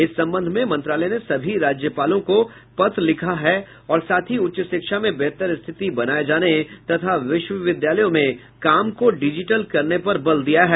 इस संबंध में मंत्रालय ने सभी राज्यपालों को पत्र लिखा है और साथ ही उच्च शिक्षा में बेहतर स्थिति बनाये जाने तथा विश्वविद्यालयों में काम को डिजिटल करने पर बल दिया है